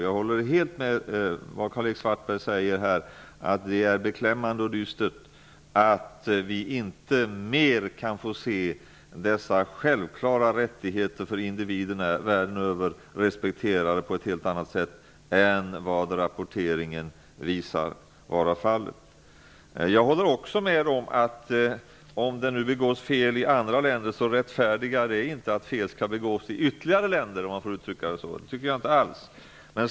Jag håller helt med Karl-Erik Svartberg om att det är beklämmande och dystert att vi inte kan få se mer av dessa självklara rättigheter för individerna världen över respekterade på ett helt annat sätt än vad som enligt rapporteringen är fallet. Jag håller också med om att fel begångna i andra länder inte rättfärdigar att fel skall begås i ytterligare länder. Det tycker jag inte alls.